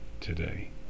today